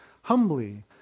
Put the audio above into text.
humbly